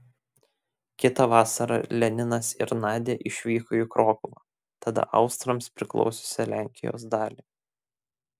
kitą vasarą leninas ir nadia išvyko į krokuvą tada austrams priklausiusią lenkijos dalį